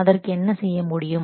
அதற்கு என்ன செய்ய முடியும்